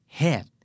head